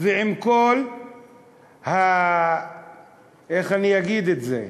ועם כל, איך אני אגיד את זה,